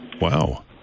Wow